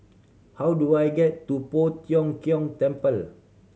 how do I get to Poh Tiong Kiong Temple